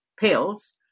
pills